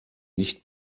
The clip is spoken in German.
nicht